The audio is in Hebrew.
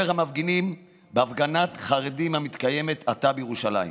המפגינים בהפגנת חרדים המתקיימת עתה בירושלים.